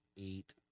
eight